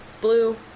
blue